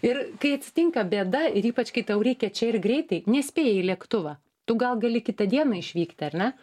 ir kai atsitinka bėda ir ypač kai tau reikia čia ir greitai nespėjai į lėktuvą tu gal gali kitą dieną išvykti ar ne